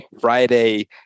friday